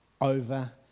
over